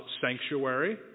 sanctuary